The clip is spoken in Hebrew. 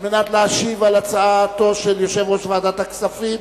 להשיב על הצעתו של יושב-ראש ועדת הכספים,